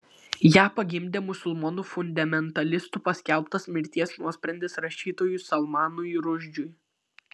ją pagimdė musulmonų fundamentalistų paskelbtas mirties nuosprendis rašytojui salmanui rušdžiui